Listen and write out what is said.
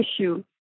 issue